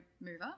mover